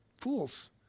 fools